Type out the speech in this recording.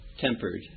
tempered